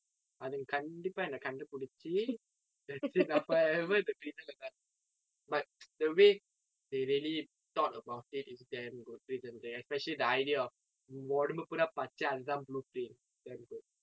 அதுங்க கண்டிப்பா என்ன கண்டுபிடிச்சு:athunga kandippaa enna kandupidichu that's it நான்:naan forever இந்த:intha prison லே தான் இருக்கணும்:le thaan irukkanum but the way they really thought about it is damn good prison break especially the idea of உடம்பு பூரா பச்சை அது தான்:udampu puraa pachai athu thaan blueprint it's damn good